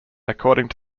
according